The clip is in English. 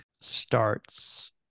starts